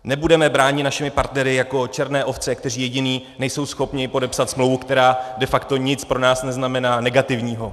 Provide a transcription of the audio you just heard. Nebudeme bráni našimi partnery jako černé ovce, kteří jediní nejsou schopni podepsat smlouvu, která de facto nic pro nás neznamená negativního.